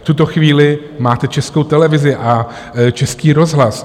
V tuto chvíli máte Českou televizi a Český rozhlas.